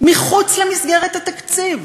מחוץ למסגרת התקציב.